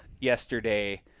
yesterday